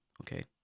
Okay